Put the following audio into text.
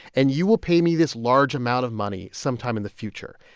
and you will pay me this large amount of money sometime in the future.